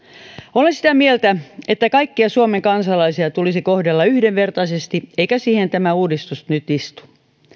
olen sitä mieltä että kaikkia suomen kansalaisia tulisi kohdella yhdenvertaisesti eikä tämä uudistus nyt istu siihen